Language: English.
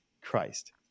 christ